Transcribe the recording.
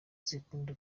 zikunda